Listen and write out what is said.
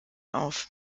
auf